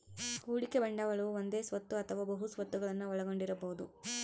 ಹೂಡಿಕೆ ಬಂಡವಾಳವು ಒಂದೇ ಸ್ವತ್ತು ಅಥವಾ ಬಹು ಸ್ವತ್ತುಗುಳ್ನ ಒಳಗೊಂಡಿರಬೊದು